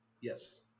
Yes